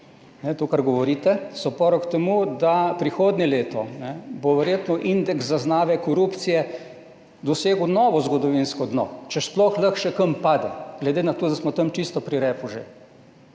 to, kar govorite so porok temu, da prihodnje leto bo verjetno indeks zaznave korupcije dosegel novo zgodovinsko dno, če sploh lahko še kam pade, glede na to, da smo tam čisto pri repu že.